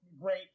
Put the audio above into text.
great